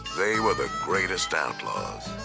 they were the greatest outlaws.